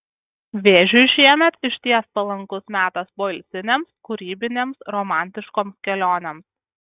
vėžiui šiemet išties palankus metas poilsinėms kūrybinėms romantiškoms kelionėms